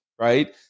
right